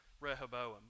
Rehoboam